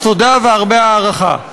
אז תודה והרבה הערכה.